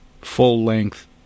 full-length